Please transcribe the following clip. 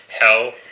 hell